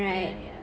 ya ya